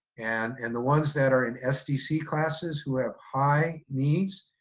and and the ones that are in sdc classes who have high needs,